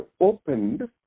opened